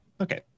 Okay